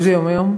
איזה יום היום?